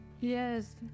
Yes